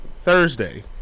Thursday